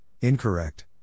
incorrect